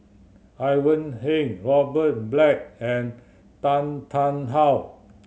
Ivan Heng Robert Black and Tan Tarn How